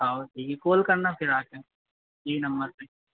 और सीधी कॉल करना फिर आ के ये नम्बर पे